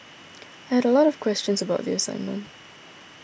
I had a lot of questions about the assignment